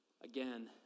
again